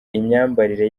imyambarire